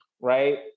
right